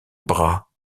bras